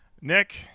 Nick